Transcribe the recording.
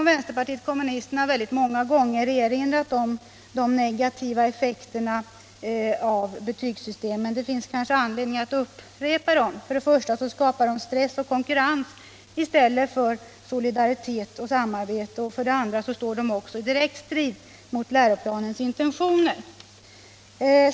Vänsterpartiet kommunisterna har många gånger erinrat om de negativa effekterna av betygssystem, men det finns kanske anledning att upprepa dem. För det första skapar de stress och konkurrens i stället för solidaritet och samarbete, och för det andra står de direkt i strid emot läroplanens intentioner.